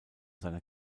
seine